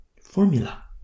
Formula